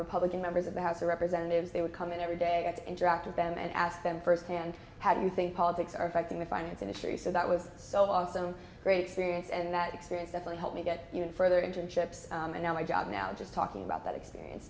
republican members of the house of representatives they would come in every day at interact with them and ask them firsthand how do you think politics are affecting the finance industry so that was so awesome great experience and that experience actually helped me get further internships and now my job now just talking about that experience